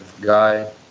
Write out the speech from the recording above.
guy